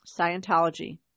Scientology